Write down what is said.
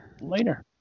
Later